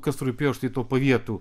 kas rūpėjo štai to pavietų